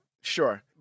Sure